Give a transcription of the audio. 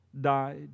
died